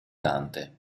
dante